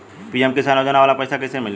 PM किसान योजना वाला पैसा कईसे मिली?